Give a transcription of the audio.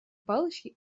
палочки